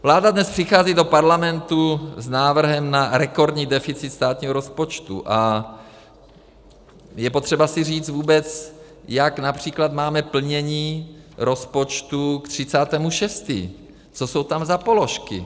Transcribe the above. Vláda dnes přichází do Parlamentu s návrhem na rekordní deficit státního rozpočtu a je potřeba si říct vůbec, jak například máme plnění rozpočtu k 30. 6., co jsou tam za položky.